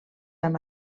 amb